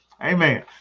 amen